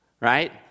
right